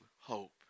hope